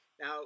Now